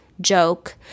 joke